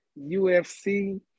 UFC